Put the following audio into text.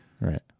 Right